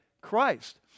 Christ